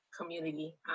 community